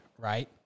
right